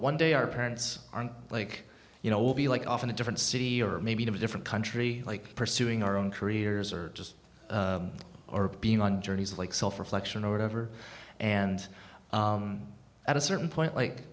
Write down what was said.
one day our parents aren't like you know we'll be like off in a different city or maybe to a different country like pursuing our own careers or just or being on journeys like self reflection or whatever and at a certain point like